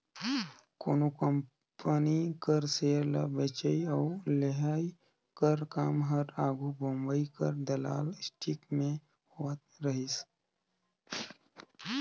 कोनो कंपनी कर सेयर ल बेंचई अउ लेहई कर काम हर आघु बंबई कर दलाल स्टीक में होवत रहिस